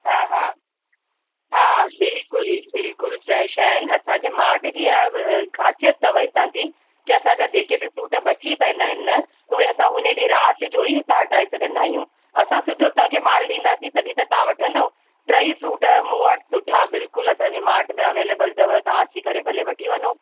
हा हा बिलकुल बिलकुल फ्रेश आहिनि असांजे मार्ट जी इहा ख़ासियतु अथव हितांजी की असांजा जेके बि फ्रूट बची पवंदा आहिनि न उहे असां राति जो ई हितां हटाइ छॾींदा आहियूं असां सुठो तव्हांखे माल ॾींदासि त तव्हां वठंदव टई फ्रूट मूं वटि सुठा बिलकुल असांजे मार्ट में अवेलेबिल अथव तव्हां अची करे भले वठी वञो